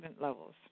levels